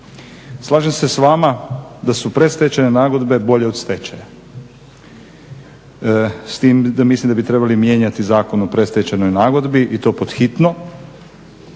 Slažem se s vama da su predstečajne nagodbe bolje od stečaja s tim da mislim da bi trebali mijenjati Zakon o predstečajnoj nagodbi i to pod hitno.